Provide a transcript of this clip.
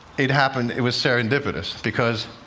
it happened it was serendipitous. because